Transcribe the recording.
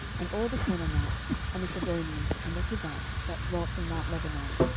and all the canaanites, and the sidonians, and the hivites that dwelt in mount lebanon,